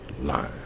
line